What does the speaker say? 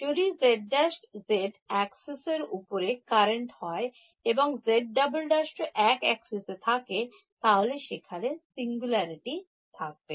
যদি z′ z axis এর ওপরের কারেন্ট হয় এবং z′′ ও এক অ্যাক্সিস এ থাকে তাহলে সেখানে Singularity থাকবে